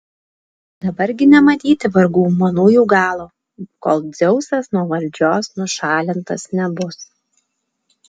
dabar gi nematyti vargų manųjų galo kol dzeusas nuo valdžios nušalintas nebus